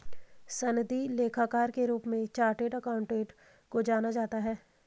सनदी लेखाकार के रूप में चार्टेड अकाउंटेंट को जाना जाता है